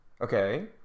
okay